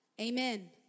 Amen